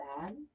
bad